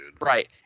Right